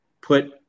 put